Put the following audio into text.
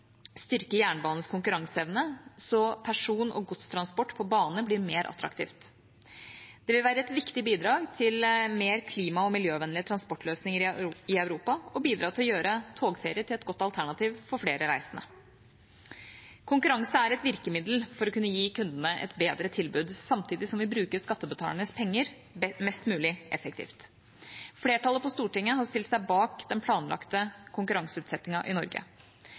styrke jernbanens konkurranseevne, slik at person- og godstransport på bane blir mer attraktivt. Det vil være et viktig bidrag til mer klima- og miljøvennlige transportløsninger i Europa og bidra til å gjøre togferie til et godt alternativ for flere reisende. Konkurranse er et virkemiddel for å kunne gi kundene et bedre tilbud samtidig som vi bruker skattebetalernes penger mest mulig effektivt. Flertallet på Stortinget har stilt seg bak den planlagte konkurranseutsettingen i Norge.